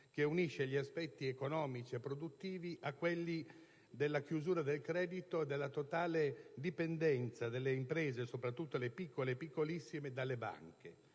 che unisce gli aspetti economici e produttivi a quelli della chiusura del credito e della totale dipendenza delle imprese, soprattutto le piccole e piccolissime, dalle banche.